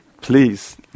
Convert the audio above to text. please